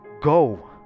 Go